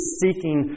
seeking